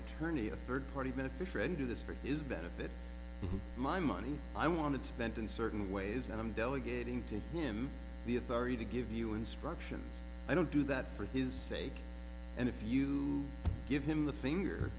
attorney a third party benefit friend do this for his benefit my money i want to spent in certain ways and i'm delegating to him the authority to give you instructions i don't do that for his sake and if you give him the finger